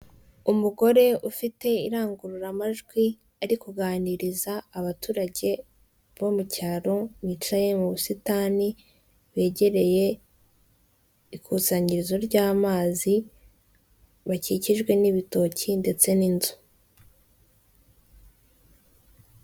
Umugore ufite irangururamajwi ari kuganiriza abaturage bo mucyaro bicaye mu busitani begereye ikusanyirizo ry'amazi bakikijwe n'ibitoki ndetse n'inzu.